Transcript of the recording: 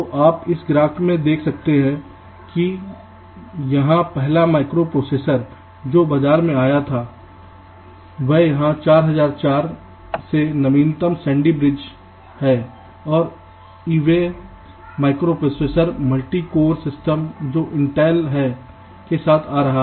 तो आप इस ग्राफ में देख सकते हैं कि यहां पहला माइक्रोप्रोसेसर जो बाजार में आया था वह यहां 4004 से नवीनतम Sandy Bridge और Ivy refer time 1320 microprocessor multi core system जो इंटेल है के साथ आ रहा